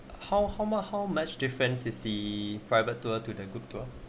how how much how much defense is the private tour to the group tour